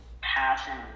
passion